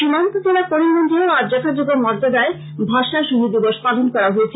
সীমান্ত জেলা করিমগঞ্জেও আজ যথাযোগ্য মর্যাদায় ভাষা শহীদ দিবস পালন করা হয়েছে